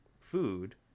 food